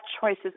choices